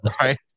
Right